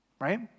right